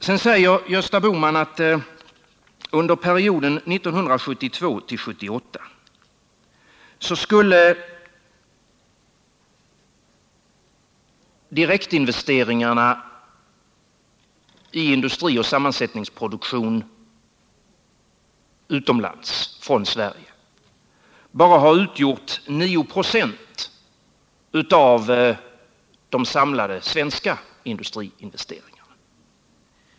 Vidare säger Gösta Bohman att under perioden 1972-1978 skulle direktinvesteringarna i industrioch sammansättningsproduktion utomlands från Sverige bara ha utgjort 9 96 av de samlade svenska industriinvesteringarna.